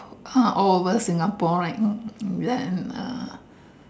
all over Singapore then uh